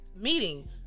meeting